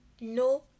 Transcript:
No